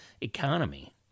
economy